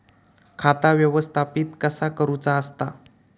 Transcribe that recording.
खाता व्यवस्थापित कसा करुचा असता?